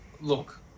look